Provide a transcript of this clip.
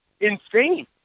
insane